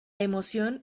emoción